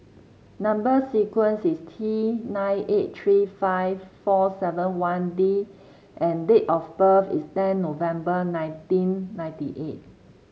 number sequence is T nine eight three five four seven one D and date of birth is ten November nineteen ninety eight